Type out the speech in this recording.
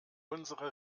unsere